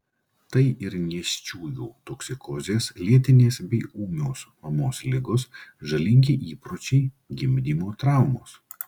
tai ir nėščiųjų toksikozės lėtinės bei ūmios mamos ligos žalingi įpročiai gimdymo traumos